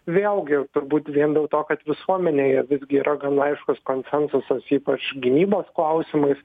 vėlgi turbūt vien dėl to kad visuomenėje visgi yra gan aiškus konsensusas ypač gynybos klausimais